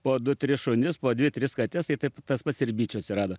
po du tris šunis po dvi tris kates tai taip tas pats ir bičių atsirado